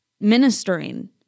ministering